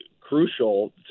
crucial